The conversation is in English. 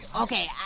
Okay